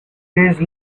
days